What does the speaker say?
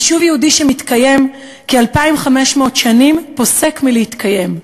יישוב יהודי שמתקיים כ-2,500 שנים פוסק מלהתקיים.